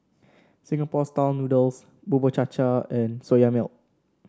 Singapore style noodles Bubur Cha Cha and Soya Milk